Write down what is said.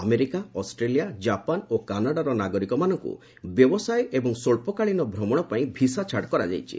America Australia Japan ଓ କାନାଡ଼ାର ନାଗରିକମାନଙ୍କୁ ବ୍ୟବସାୟ ଏବଂ ସ୍ୱଚ୍ଚକାଳୀନ ଭ୍ରମଣ ପାଇଁ ଭିସା ଛାଡ଼ କରାଯାଇ ସାରିଛି